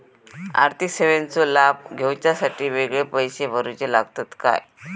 आर्थिक सेवेंचो लाभ घेवच्यासाठी वेगळे पैसे भरुचे लागतत काय?